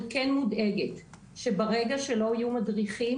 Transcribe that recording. אני כן מודאגת שברגע שלא יהיו מדריכים,